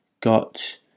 got